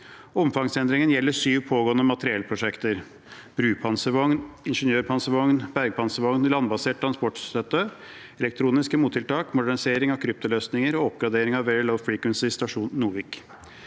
Omfangsendringen gjelder sju pågående materiellprosjekter: brupanservogn, ingeniørpanservogn, bergepanservogn, landbasert transportstøtte, elektroniske mottiltak, modernisering av kryptoløsninger og oppgradering av Very Low Frequency, stasjon Novik.